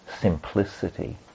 simplicity